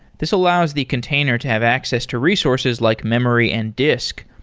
this allows the container to have access to resources like memory and disk.